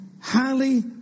highly